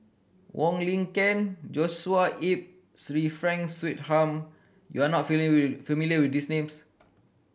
Wong Lin Ken Joshua Ip Sir Frank Swettenham you are not with familiar with these names